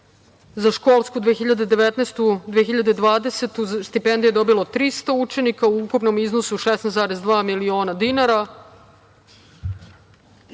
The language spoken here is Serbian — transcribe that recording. za školsku 2019/2020. Stipendije je dobilo 300 učenika u ukupnom iznosu od 16,2 miliona dinara.